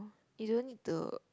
you don't need to